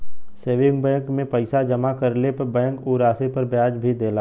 saving bank में पैसा जमा करले पर बैंक उ राशि पर ब्याज भी देला